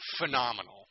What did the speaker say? phenomenal